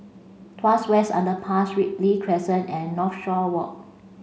Tuas West Underpass Ripley Crescent and Northshore Walk